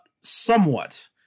somewhat